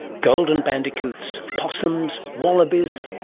golden bandicoots, possums, wallabies,